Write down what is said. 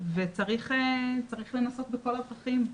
וצריך לנסות בכל הדרכים.